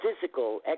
physical